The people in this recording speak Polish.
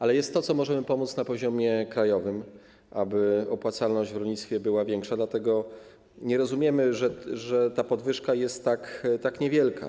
Ale jest to, co może pomóc na poziomie krajowym, aby opłacalność w rolnictwie była większa, dlatego nie rozumiemy, że ta podwyżka jest tak niewielka.